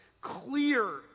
clear